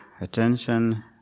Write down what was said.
attention